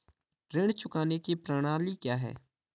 ऋण चुकाने की प्रणाली क्या है?